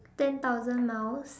ten thousand miles